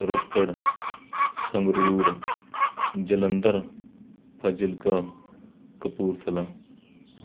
Ropar Sangrur Jalandhar Fazilka Kapurthala